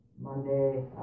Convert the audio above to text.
Monday